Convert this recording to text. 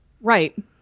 Right